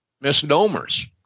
misnomers